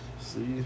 See